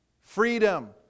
Freedom